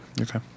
Okay